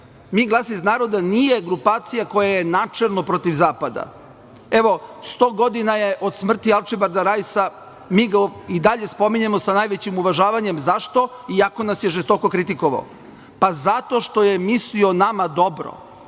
- Glas iz naroda nije grupacija koja je načelno protiv zapada. Evo, 100 godina je od smrti Arčibalda Rajsa, mi ga i dalje spominjemo sa najvećim uvažavanjem, iako nas je žestoko kritikovao. Zašto? Pa zato što je mislio nama dobro.